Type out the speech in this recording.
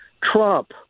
Trump